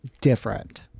different